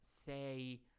say